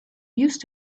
used